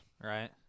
right